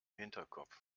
hinterkopf